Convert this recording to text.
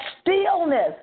stillness